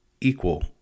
Equal